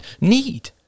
need